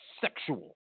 sexual